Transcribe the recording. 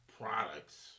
products